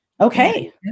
Okay